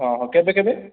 ହଁ କେବେ କେବେ